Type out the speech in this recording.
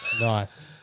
Nice